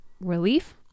relief